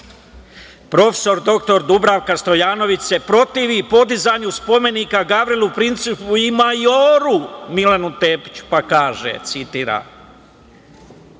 dr Dubravka Stojanović se protivi podizanju spomenika Gavrilu Principu i majoru Milanu Tepiću, pa kaže, citiram: